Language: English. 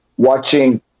watching